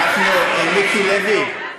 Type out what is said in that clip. מיקי לוי,